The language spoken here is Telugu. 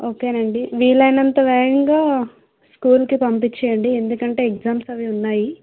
ఓకేనండి వీలైనంత వేగంగా స్కూల్ కి పంపించండి ఎందుకంటే ఎగ్జామ్స్ అవి ఉన్నాయి